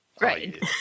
Right